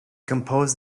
composed